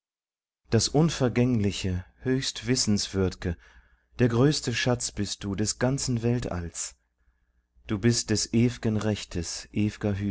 das unvergängliche höchst wissenswürd'ge der größte schatz bist du des ganzen weltalls du bist des ew'gen rechtes